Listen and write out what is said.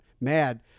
mad